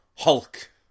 Hulk